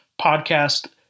podcast